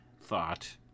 thought